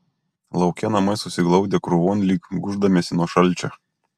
lauke namai susiglaudę krūvon lyg gūždamiesi nuo šalčio